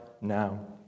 now